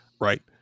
right